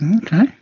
Okay